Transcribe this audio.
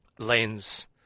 Lens